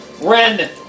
Ren